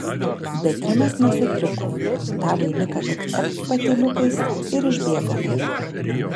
bet rimas nesutriko tą vainiką tik capt patyliukais ir išbėgome